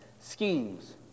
schemes